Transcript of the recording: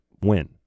win